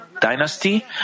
dynasty